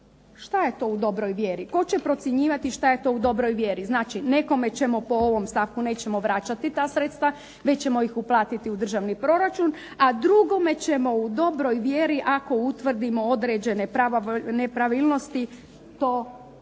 Šta je to u dobroj vjeri? Tko će procjenjivati šta je to u dobroj vjeri? Znači nekome ćemo po ovom stavku, nećemo vraćati ta sredstva, već ćemo ih uplatiti u državni proračun a drugome ćemo u dobroj vjeri ako utvrdimo određene nepravilnosti to ćemo